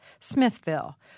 Smithville